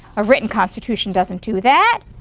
a written constitution doesn't do that.